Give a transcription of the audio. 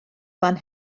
fan